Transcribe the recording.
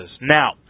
Now